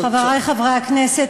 חברי חברי הכנסת,